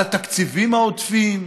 על התקציבים העודפים,